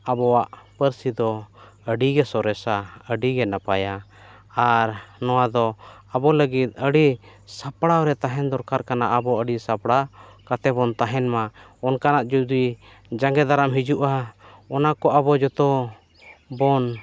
ᱟᱵᱚᱣᱟᱜ ᱯᱟᱹᱨᱥᱤ ᱫᱚ ᱟᱹᱰᱤ ᱜᱮ ᱥᱚᱨᱮᱥᱟ ᱟᱹᱰᱤ ᱜᱮ ᱱᱟᱯᱟᱭᱟ ᱟᱨ ᱱᱚᱣᱟ ᱫᱚ ᱟᱵᱚ ᱞᱟᱹᱜᱤᱫ ᱟᱹᱰᱤ ᱥᱟᱯᱲᱟᱣ ᱨᱮ ᱛᱟᱦᱮᱱ ᱫᱚᱨᱠᱟ ᱠᱟᱱᱟ ᱟᱵᱚ ᱟᱹᱰᱤ ᱥᱟᱯᱲᱟᱣ ᱠᱟᱛᱮ ᱵᱚᱱ ᱛᱟᱦᱮᱱᱢᱟ ᱚᱱᱠᱟᱱᱟᱜ ᱡᱩᱫᱤ ᱡᱟᱜᱮ ᱫᱟᱨᱟᱢ ᱦᱤᱡᱩᱜᱼᱟ ᱚᱱᱟ ᱠᱚ ᱟᱵᱚ ᱡᱚᱛᱚ ᱵᱚᱱ